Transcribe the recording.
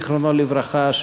זיכרונו לברכה,